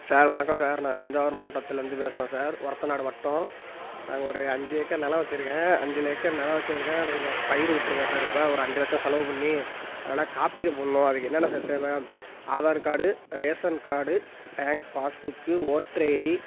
sir வணக்கம் சார் நான் தஞ்சாவூர் மாவட்டத்துலேர்ந்து பேசுகிறேன் சார் ஒரத்தநாடு வட்டம் நாங்கள் ஒரு அஞ்சு ஏக்கர் நிலம் வெச்சுருக்கேன் அஞ்சு ஏக்கர் நிலம் வெச்சுருக்கேன் அதில் கொஞ்சம் பயிர் விட்ருக்கேன் சார் இப்போ ஒரு அஞ்சு லட்சம் செலவு பண்ணி அதெல்லாம் காப்பீடு போடணும் அதுக்கு என்னென்ன சார் தேவை Aadhaar card ration card bank passbook voter ID